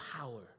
power